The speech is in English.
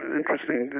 interesting